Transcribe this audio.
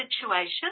situation